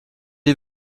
est